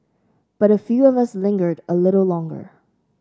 but a few of us lingered a little longer